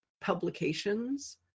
publications